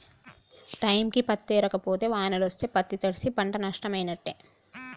టైంకి పత్తేరక పోతే వానలొస్తే పత్తి తడ్సి పంట నట్టమైనట్టే